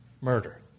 murder